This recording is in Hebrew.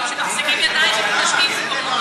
שמחזיקים ידיים ומתנשקים זה פורנוגרפיה.